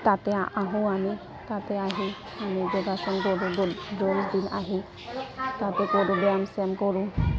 তাতে আহোঁ আমি তাতে আহি আমি যোগাসন কৰোঁ জল্দি আহি তাতে কৰোঁ ব্যায়াম চায়াম কৰোঁ